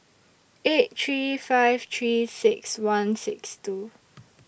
eight three five three six one six two